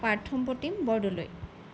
Parthapratim Bordoloi